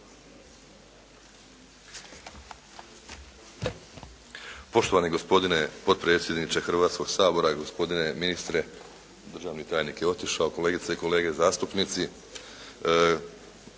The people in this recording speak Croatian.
Poštovani gospodine potpredsjedniče Hrvatskoga sabora gospodine ministre, državni tajnik je otišao, kolegice i kolege zastupnici.